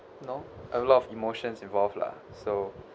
you know a lot of emotions involved lah so